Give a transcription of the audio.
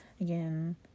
again